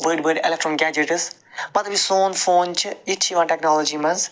بٔڑۍ بٔڑۍ electronic gadgets پَتہٕ یُس سون فون چھ یہِ تہِ چھِ یِوان ٹیٚکنالجی مَنٛز